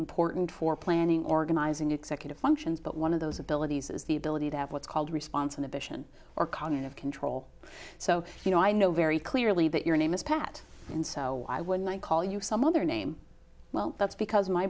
important for planning organizing executive functions but one of those abilities is the ability to have what's called response in the vision or cognitive control so you know i know very clearly that your name is pat and so why would i call you some other name well that's because my